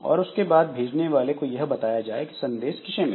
और उसके बाद भेजने वाले को यह बताया जाए कि सन्देश किसे मिला